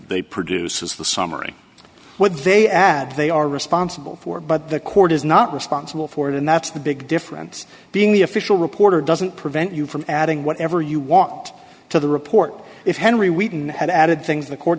they produces the summary of what they add they are responsible for but the court is not responsible for it and that's the big difference being the official reporter doesn't prevent you from adding whatever you want to the report if henry wheaton had added things the court